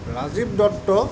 Rajiv Dutta